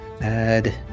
Add